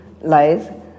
lies